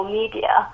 media